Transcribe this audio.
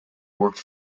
worked